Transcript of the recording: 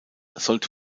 sollte